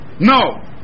No